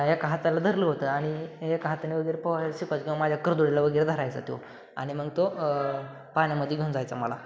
एका हाताला धरलं होतं आणि एका हाताने वगैरे पोहाय शिकावयचा किंवा माझ्या करदुड्याला वगैरे धरायचा तो आणि मग तो पाण्यामध्ये घेऊन जायचा मला